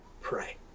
Pray